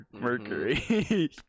Mercury